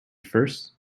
first